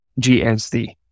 GSD